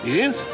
Yes